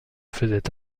faisaient